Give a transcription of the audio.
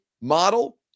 model